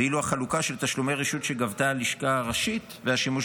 ואילו החלוקה של תשלומי רשות שגבתה הלשכה הראשית והשימוש